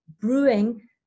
brewing